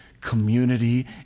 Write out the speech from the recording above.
community